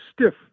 stiff